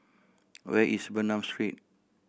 where is Bernam Street